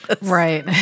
Right